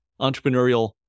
entrepreneurial